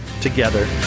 together